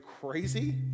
crazy